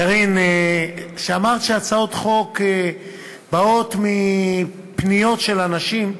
קארין, כשאמרת שהצעות חוק באות מפניות של אנשים,